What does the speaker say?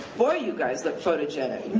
boy, you guys look photogenic.